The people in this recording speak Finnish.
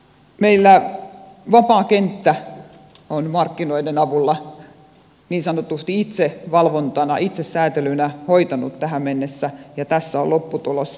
meillä vapaa kenttä on markkinoiden avulla niin sanotusti itsevalvontana itsesäätelynä hoitanut tätä tähän mennessä ja tässä on lopputulos